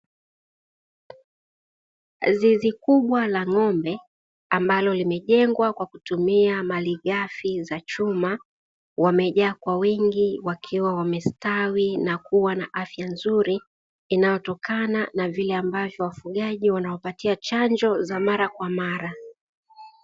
Zizi kubwa la ng'ombe ambalo limejengwa kwa kutumia malighafi za chuma, wamejaa kwa wingi wakiwa wamestawi na kuwa na afya nzuri inayotokana na vile ambacho wafugaji wanaopatia chanjo za mara kwa mara.